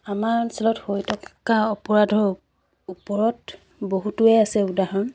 আমাৰ অঞ্চলত হৈ থকা অপৰাধৰ ওপৰত বহুতোৱে আছে উদাহৰণ